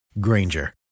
Granger